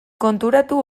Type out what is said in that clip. konturatu